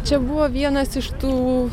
čia buvo vienas iš tų